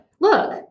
look